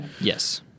Yes